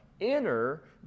enter